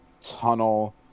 tunnel